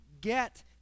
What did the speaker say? get